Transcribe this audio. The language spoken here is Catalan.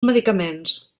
medicaments